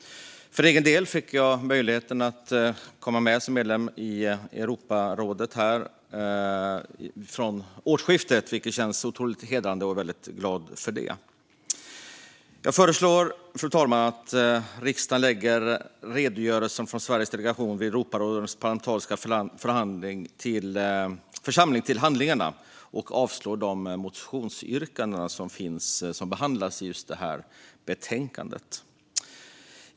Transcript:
För egen del fick jag möjligheten att komma med som medlem i Europarådet från årsskiftet, vilket känns otroligt hedrande. Jag är väldigt glad för det. Fru talman! Jag föreslår att riksdagen lägger redogörelsen från Sveriges delegation vid Europarådets parlamentariska församling till handlingarna och avslår de motionsyrkanden som behandlas i betänkandet.